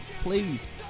please